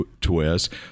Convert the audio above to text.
twist